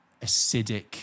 acidic